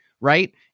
Right